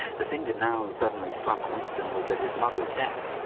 the thing that now suddenly struck winston was that his mother's death,